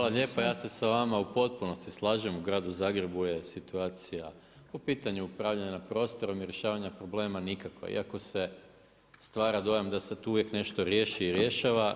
Hvala lijepa, ja se sa vama u potpunosti slažem u gradu Zagrebu je situacija po pitanju upravljanja prostorom i rješavanja problema nikakva iako se stvara problem da se tu uvijek nešto riješi i rješava.